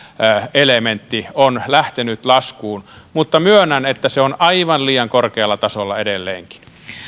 elementti on lähtenyt laskuun mutta myönnän että se on aivan liian korkealla tasolla edelleenkin